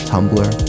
Tumblr